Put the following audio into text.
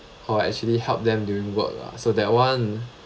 oh actually help them during work lah so that one